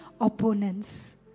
opponents